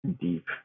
deep